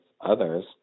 others